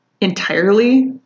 entirely